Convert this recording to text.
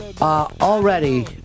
Already